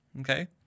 Okay